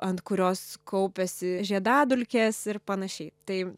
ant kurios kaupiasi žiedadulkės ir panašiai tai